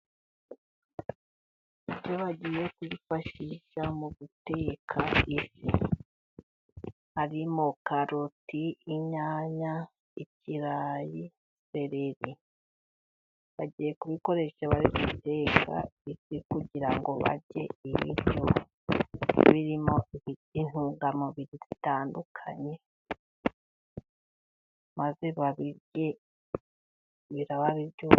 Ibyo bagiye kwifashisha mu guteka ifi: Harimo karoti, inyanya, ikirayi sereri. Bagiye kubikoresha bari guteka kugira ngo barye ibiryo birimo intungamubiri zitandukanye maze babirye biraba biryoshye.